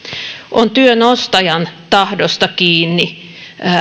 on työn ostajan tahdosta kiinni